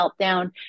meltdown